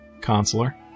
Consular